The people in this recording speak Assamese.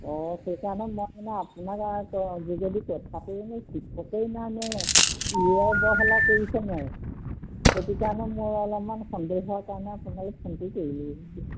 অঁ সেইকাৰণে মই মানে আপোনাক শিক্ষকেই নাইনে ইয়ে অৱহেলা কৰিছেনি সেইটো কাৰণে মোৰ অলপমান সন্দেহ হোৱাৰ কাৰণে আপোনালৈ ফোনটো কৰিলোঁ